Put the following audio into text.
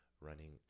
running